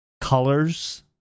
colors